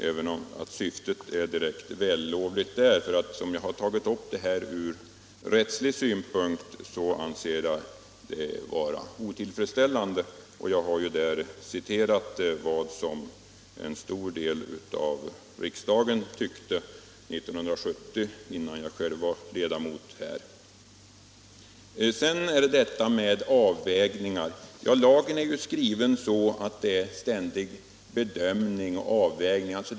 Även om syftet är vällovligt anser jag reglerna otillfredsställande från rättslig synpunkt, och jag har ju citerat vad en stor del av riksdagen tyckte 1970, innan jag själv f. ö. var ledamot. Sedan är det detta med avvägningar. Lagen är skriven så att det är fråga om en ständig bedömning och avvägning.